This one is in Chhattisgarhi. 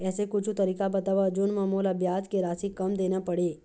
ऐसे कुछू तरीका बताव जोन म मोला ब्याज के राशि कम देना पड़े?